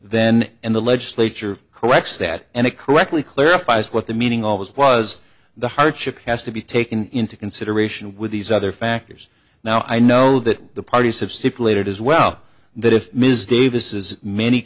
then in the legislature corrects that and it correctly clarifies what the meaning always was the hardship has to be taken into consideration with these other factors now i know that the parties have stipulated as well that if ms davis as many